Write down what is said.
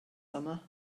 summer